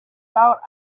thought